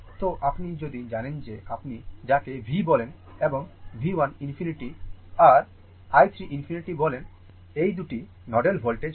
তো আপনি যদি জানেন যে আপনি যাকে V বলেন এবং V 1 ∞ আর i 3 ∞ বলেন এই 2টি নোডাল voltage হয়